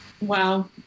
Wow